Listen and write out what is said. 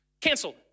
canceled